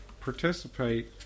participate